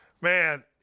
Man